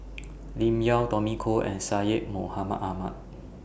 Lim Yau Tommy Koh and Syed Mohamed Ahmed